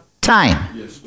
time